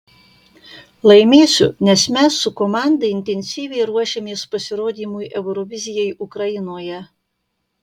laimėsiu nes mes su komanda intensyviai ruošiamės pasirodymui eurovizijai ukrainoje